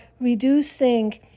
reducing